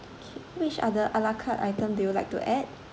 okay which other ala carte item do you like to add